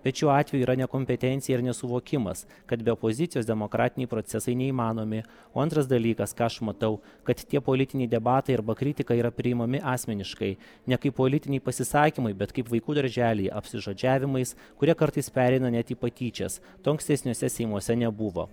bet šiuo atveju yra nekompetencija ir nesuvokimas kad be opozicijos demokratiniai procesai neįmanomi o antras dalykas ką aš matau kad tie politiniai debatai arba kritika yra priimami asmeniškai ne kaip politiniai pasisakymai bet kaip vaikų darželyje apsižodžiavimais kurie kartais pereina net į patyčias to ankstesniuose seimuose nebuvo